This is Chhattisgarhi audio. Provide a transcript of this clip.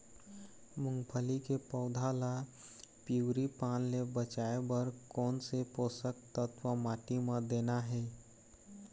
मुंगफली के पौधा ला पिवरी पान ले बचाए बर कोन से पोषक तत्व माटी म देना हे?